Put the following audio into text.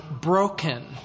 broken